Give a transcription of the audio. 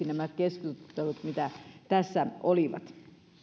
nämä keskustelut mitä tässä oli mene vaalipuheiksi